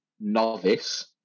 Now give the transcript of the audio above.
novice